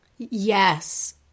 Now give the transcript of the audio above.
Yes